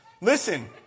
Listen